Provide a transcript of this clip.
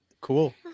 Cool